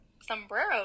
sombrero